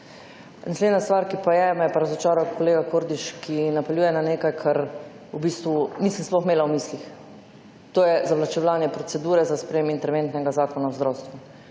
Naslednja stvar, ki pa je, me je pa razočaral kolega Kordiš, ki napeljuje na nekaj kar v bistvu nisem sploh imela v mislih. To je zavlačevanje procedure za sprejem interventnega Zakona o zdravstvu.